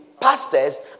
pastors